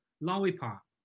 lollipop